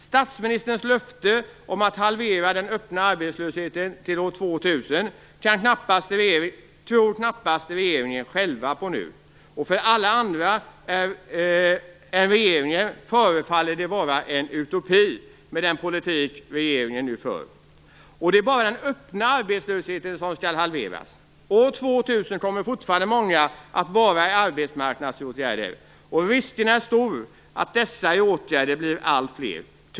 Statsministerns löfte om att halvera den öppna arbetslösheten till år 2000 tror regeringen knappast själv på nu. För alla andra än regeringen förefaller det vara en utopi med den politik som regeringen nu för. Det är bara den öppna arbetslösheten som skall halveras. År 2000 kommer fortfarande många att vara i arbetsmarknadsåtgärder. Risken är stor att de i åtgärder blir allt fler.